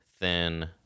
thin